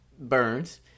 burns